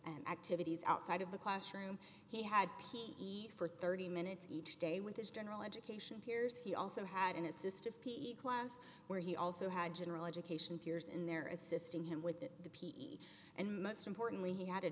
and activities outside of the classroom he had key for thirty minutes each day with his general education peers he also had an assistant p e class where he also had general education peers in there as system him with the p e and most importantly he had a